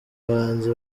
abahanzi